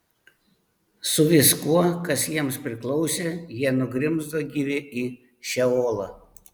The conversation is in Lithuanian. su viskuo kas jiems priklausė jie nugrimzdo gyvi į šeolą